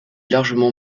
largement